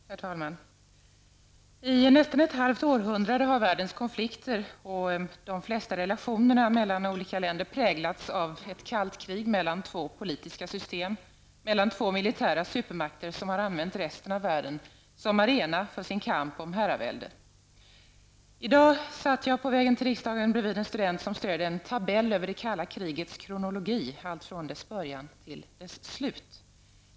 Herr talman! I nästan ett halvt århundrade har världens konflikter och de flesta relationer mellan olika länder präglats av ett kallt krig mellan två politiska system, mellan två militära supermakter, som har använt resten av världen som arena för sin kamp om herraväldet. I dag på väg till riksdagen satt jag bredvid en student som studerade en tabell över det kalla krigets kronologi, från dess början till dess slut.